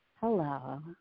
hello